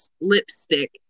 lipstick